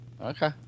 Okay